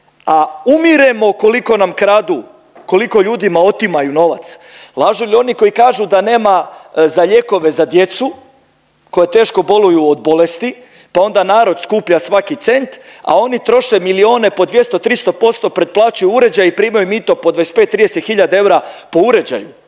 a umiremo koliko nam kradu, koliko ljudima otimaju novac. Lažu li oni koji kažu da nema za lijekove za djecu koja teško boluju od bolesti, pa onda narod skuplja svaki cent, a oni troše milijone po 200, 300%, preplaćuju uređaje i primaju mito po 25, 30 hiljada eura po uređaju.